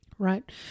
right